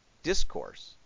Discourse